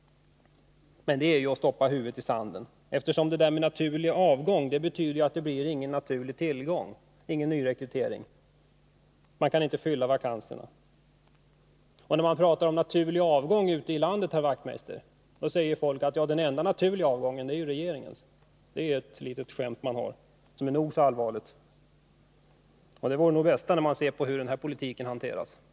Men det är ju att stoppa huvudet i sanden, eftersom ”naturlig avgång” betyder att det inte heller blir någon naturlig tillgång, alltså ingen nyrekrytering. Man kan då inte fylla vakanserna. Och när man pratar om naturlig avgång ute i landet, herr Wachtmeister, säger folk att den enda naturliga avgången är ju regeringens. Det är ett litet skämt man har, men det är nog så allvarligt — den avgången vore nog det bästa som kunde ske, när man ser hur regeringen hanterar politiken.